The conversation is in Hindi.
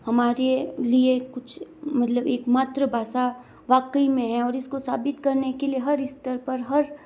हमारे लिए कुछ मतलब एक मात्र भाषा वाक़ई में है और इस को साबित करने के लिए हर स्तर पर हर